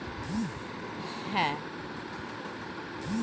কোনো card block হতে গেলে আরেকটা কার্ড ব্যাঙ্ক থেকে পাই